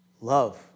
love